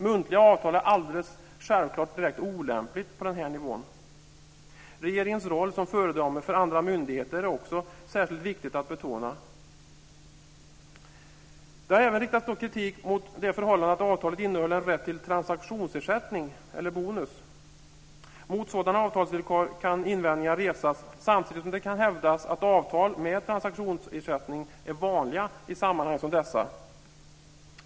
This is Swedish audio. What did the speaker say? Muntliga avtal är alldeles självklart direkt olämpliga på den här nivån. Regeringens roll som föredöme för andra myndigheter är också särskilt viktig att betona. Det har även riktats kritik mot det förhållandet att avtalet innehöll en rätt till transaktionsersättning eller bonus. Mot sådana avtalsvillkor kan invändningar resas, samtidigt som det kan hävdas att avtal med transaktionsersättning är vanliga i sammanhang som dessa.